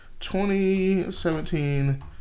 2017